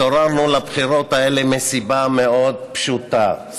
התעוררנו לבחירות האלה מסיבה מאוד פשוטה,